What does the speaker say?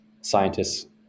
scientists